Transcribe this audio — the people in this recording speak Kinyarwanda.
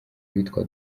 uwitwa